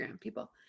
people